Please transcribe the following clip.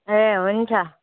ए हुन्छ